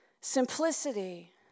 Simplicity